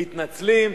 מתנצלים,